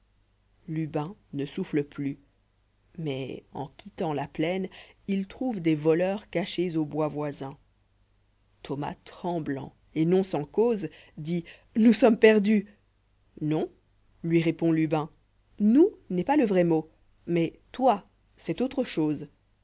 lubin ne souffle plus mais en quittant la plaine ils itrouvent des voleurs cachés au bois voisin thomas tremblant et non sans cause dit nous sommes perdus non lui répond lubin no us n'est pas le vrai mot mais toi c'est autre chose